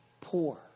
poor